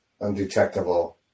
undetectable